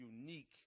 unique